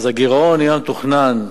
הגירעון היה מתוכנן,